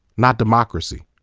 not democracy.